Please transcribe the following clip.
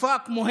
הבעות של